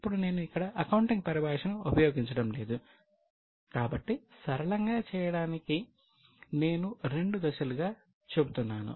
ఇప్పుడు నేను ఇక్కడ అకౌంటింగ్ పరిభాషను ఉపయోగించడం లేదు కాబట్టి సరళంగా చేయడానికి నేను రెండు దశలుగా చెబుతున్నాను